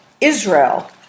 Israel